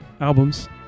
albums